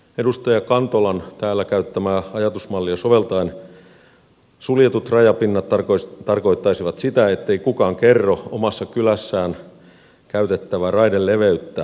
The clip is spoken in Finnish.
edustaja kantolan täällä käyttämää ajatusmallia soveltaen suljetut rajapinnat tarkoittaisivat sitä ettei kukaan kerro omassa kylässään käytettävää raideleveyttä